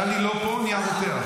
טלי לא פה, נהיה רותח.